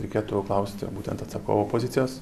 reikėtų klausti būtent atsakovo pozicijos